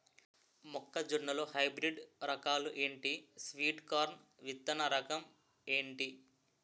మొక్క జొన్న లో హైబ్రిడ్ రకాలు ఎంటి? స్వీట్ కార్న్ విత్తన రకం ఏంటి?